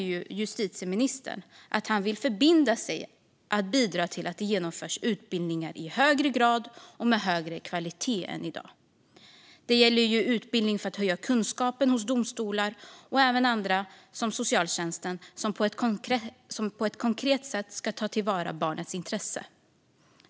Justitieministern anförde att han vill förbinda sig att bidra till att det genomförs utbildningar i högre grad och med högre kvalitet än i dag. Det gäller utbildning för att höja kunskapen hos domstolar och även andra, som socialtjänsten, som på ett konkret sätt ska ta till vara barnets intressen.